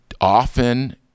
often